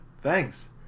thanks